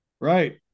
right